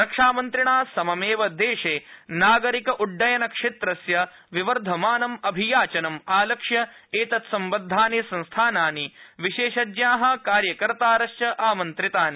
रक्षामन्त्रिणा सममेव देशे नागरिक उड्डयन क्षेत्रस्य विवर्धमानं अभियाचनं आलक्ष्य वित्सम्बद्धानि संस्थानानि विशेषज्ञा कार्यकर्त्तारश्च आमन्त्रितानि